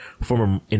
former